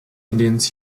indians